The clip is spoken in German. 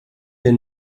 wir